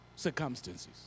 circumstances